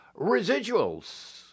residuals